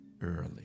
early